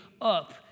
up